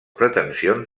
pretensions